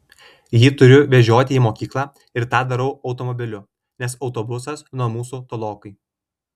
jį turiu vežioti į mokyklą ir tą darau automobiliu nes autobusas nuo mūsų tolokai